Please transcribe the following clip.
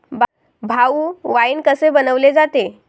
भाऊ, वाइन कसे बनवले जाते?